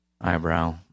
Eyebrow